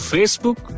Facebook